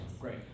Great